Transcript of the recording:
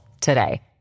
today